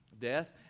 death